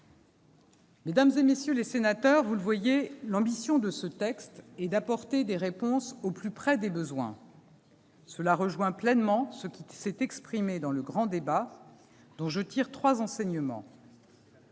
Mesdames, messieurs les sénateurs, vous le voyez, ce texte a pour ambition d'apporter des réponses au plus près des besoins. Cela rejoint pleinement ce qui s'est exprimé dans le grand débat, dont je tire trois enseignements.